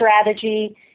strategy